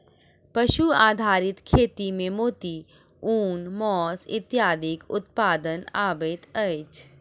पशु आधारित खेती मे मोती, ऊन, मौस इत्यादिक उत्पादन अबैत अछि